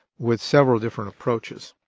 with several different approaches.